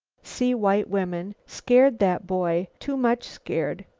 see white women scared, that boy, too much scared.